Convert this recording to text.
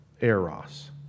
Eros